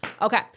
Okay